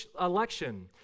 election